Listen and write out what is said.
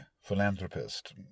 philanthropist